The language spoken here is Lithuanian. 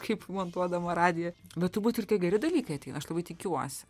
kaip montuodama radiją bet turbūt ir tie geri dalykai ateina aš labai tikiuosi